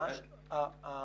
ממש לא.